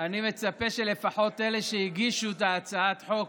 אני מצפה שלפחות אלה שהגישו את הצעת החוק,